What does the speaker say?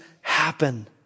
happen